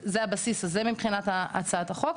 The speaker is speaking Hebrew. זה הבסיס הזה מבחינת הצעת החוק.